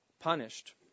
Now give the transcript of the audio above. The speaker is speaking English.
punished